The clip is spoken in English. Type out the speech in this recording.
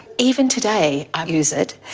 even today i use it.